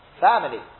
Family